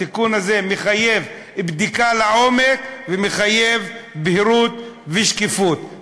התיקון הזה מחייב בדיקה לעומק ומחייב בהירות ושקיפות,